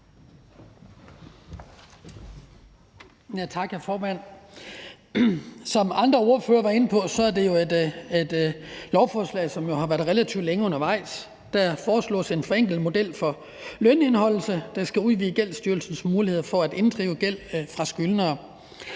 Som andre ordførere var inde på, er det jo et lovforslag, som har været relativt længe undervejs. Der foreslås en forenklet model for lønindeholdelse, der skal udvide Gældsstyrelsens muligheder for at inddrive gæld fra skyldnere,